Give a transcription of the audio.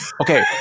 okay